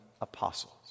apostles